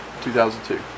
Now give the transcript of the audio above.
2002